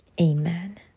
amen